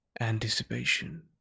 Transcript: Anticipation